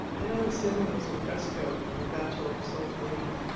and on the ceiling was a fresco of the battle of solferino.